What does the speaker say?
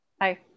Hi